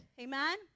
Amen